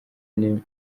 ndetse